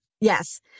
yes